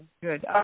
Good